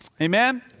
Amen